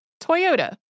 Toyota